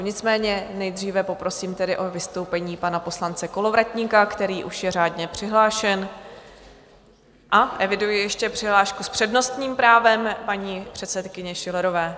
Nicméně nejdříve poprosím o vystoupení pana poslance Kolovratníka, který už je řádně přihlášen, a eviduji ještě přihlášku s přednostním právem paní předsedkyně Schillerové.